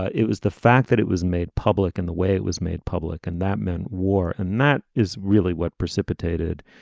ah it was the fact that it was made public in the way it was made public and that meant war. and that is really what precipitated